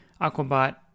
Aquabot